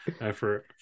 effort